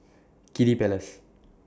Kiddy Palace